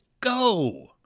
go